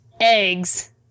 Eggs